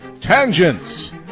Tangents